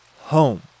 home